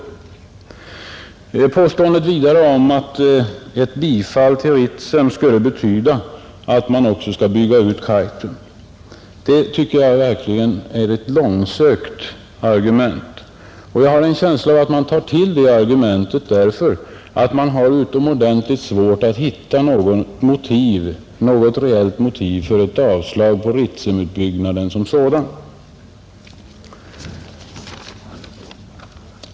Påståendet att ett bifall till Ritsemprojektet skulle betyda att man också kommer att bygga ut Kaitum tycker jag verkligen är ett långsökt. argument. Jag har en känsla av att man tar till det argumentet därför att man har utomordentligt svårt att hitta något reellt motiv för ett yrkande om avslag på förslaget om en utbyggnad av Ritsem.